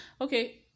okay